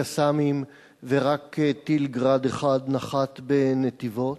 "קסאמים", ורק טיל "גראד" אחד נחת בנתיבות,